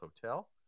Hotel